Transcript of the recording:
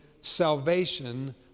salvation